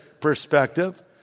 perspective